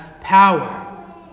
power